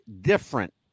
different